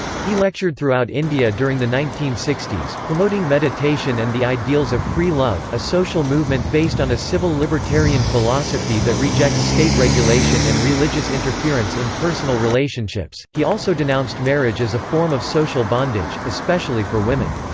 he lectured throughout india during the nineteen sixty s, promoting meditation and the ideals of free love, a social movement based on a civil libertarian philosophy that rejects state regulation and religious interference in personal relationships he also denounced marriage as a form of social bondage, especially for women.